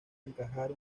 encajar